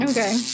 Okay